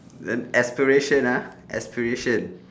then aspiration ah aspiration